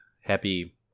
Happy